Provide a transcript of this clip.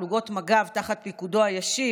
פלוגות מג"ב תחת פיקודו הישיר,